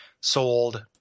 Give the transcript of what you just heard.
sold